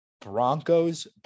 Broncos